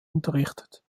unterrichtet